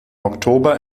oktober